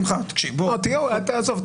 עזוב.